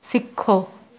ਸਿੱਖੋ